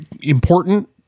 important